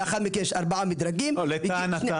לאחר מכן יש ארבעה מדרגים --- לטענתה,